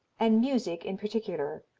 and music in particular,